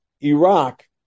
Iraq